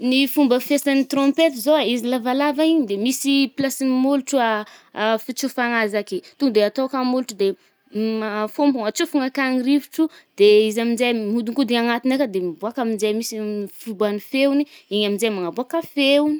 Ny fomba fiasan’ny trompetry zao e, izy làvalàva igny de misy i place-n’ny molotro fitsofagna azy ake. To de atôoka ny molotro de afômpo atsôfogno akagny ny rivotro. De izy aminje miodinkody anatigny akà de miboka aminje misy fiboàn’ny feony. Igny aminje manaboàka feony.